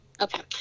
Okay